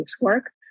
work